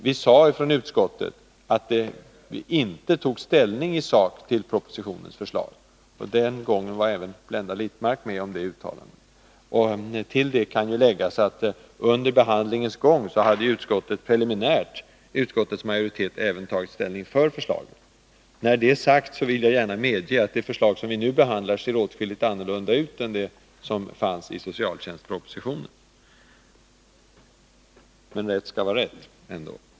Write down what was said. Vi sade från utskottets sida att vi inte tog ställning i sak till propositionens förslag. Även Blenda Littmarck var med om det uttalandet. Till detta kan läggas att under behandlingens gång hade utskottets majoritet preliminärt även tagit ställning för förslaget. När detta är sagt vill jag gärna medge att det förslag som vi nu behandlar ser väsentligt annorlunda ut än det förslag som fanns i socialtjänstpropositionen. Men rätt skall vara rätt.